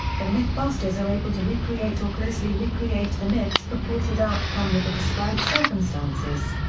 the mythbusters are able to recreate or closely recreate the myth's purported outcome with the described circumstances.